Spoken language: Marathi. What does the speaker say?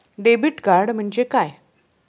डेबिट कार्ड म्हणजे काय?